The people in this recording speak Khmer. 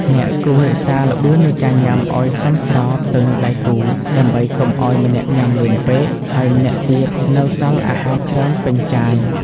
អ្នកគួររក្សាល្បឿននៃការញ៉ាំឱ្យសមស្របទៅនឹងដៃគូ ដើម្បីកុំឱ្យម្នាក់ញ៉ាំលឿនពេក ហើយម្នាក់ទៀតនៅសល់អាហារច្រើនពេញចាន។